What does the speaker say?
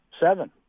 Seven